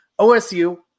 OSU